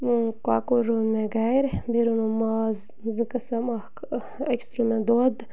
کۄکُر روٚن مےٚ گَرِ بیٚیہِ روٚنُم ماز زٕ قٕسٕم اَکھ أکِس ترٛوٚو مےٚ دۄد